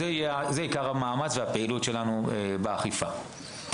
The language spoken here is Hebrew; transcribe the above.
אז זה יהיה עיקר המאמץ והפעילות שלנו בנושא האכיפה.